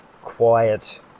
quiet